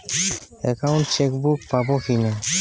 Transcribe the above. Account checkbook পাবো কি না?